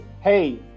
hey